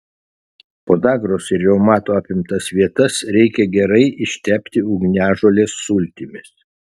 podagros ir reumato apimtas vietas reikia gerai ištepti ugniažolės sultimis